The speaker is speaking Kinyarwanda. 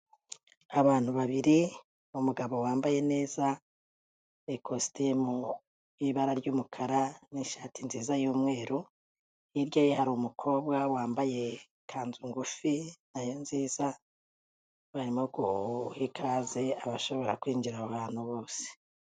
Abantu babiri, umugabo wambaye neza, ikositimu y'ibara ry'umukara n'ishati nziza y'umweru, hirya ye hari umukobwa wambaye ikanzu ngufi na yo nziza, barimo guha ikaze abashobora kwinjira aho hantu bose.